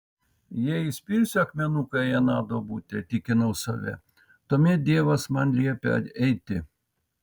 jei įspirsiu akmenuką į aną duobutę tikinau save tuomet dievas man liepia eiti